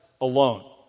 alone